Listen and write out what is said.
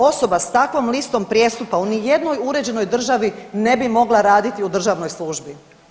Osoba s takvom listom prijestupa u nijednoj uređenoj državi ne bi mogla raditi u državnoj službi.